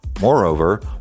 Moreover